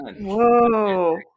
Whoa